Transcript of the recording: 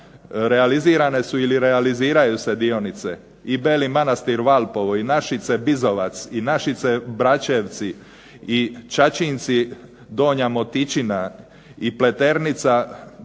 realizirane su ili realiziraju se dionice, i Beli Manastir-Valpovo, i Našice-Bizovac, i Našice-Braćevci, i Ćaćinci-Donja Motičina, i Pleternica-Batrina,